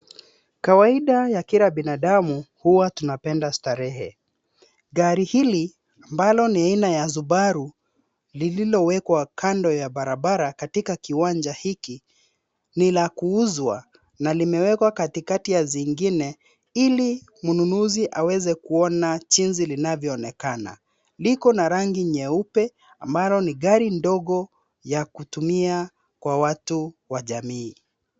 Kawaida ya kila binadamu huwa tunapenda starehe. Gari hili, ambalo ni aina ya Subaru lililowekwa kando ya barabara katika kiwanja hiki ni la kuuzwa na limewekwa katikati ya zingine ili mnunuzi aweze kuona jinsi linavyoonekana. Liko na rangi nyeupe ambalo ni gari ndogo ya kutumia kwa watu wa jamii.